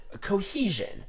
cohesion